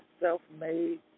self-made